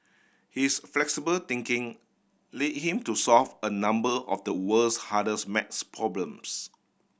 his flexible thinking led him to solve a number of the world's hardest math problems